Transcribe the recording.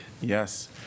Yes